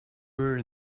were